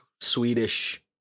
swedish